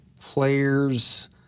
players